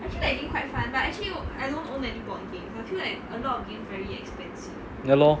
ya lor